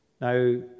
Now